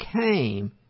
came